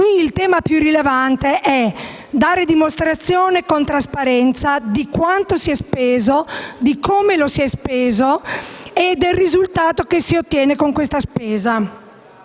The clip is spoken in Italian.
qui il tema più rilevante è dare dimostrazione, con trasparenza, di quanto si è speso, di come lo si è speso e del risultato che si ottiene con questa spesa.